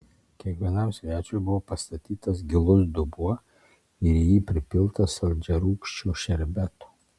kiekvienam svečiui buvo pastatytas gilus dubuo ir į jį pripilta saldžiarūgščio šerbeto